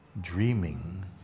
Dreaming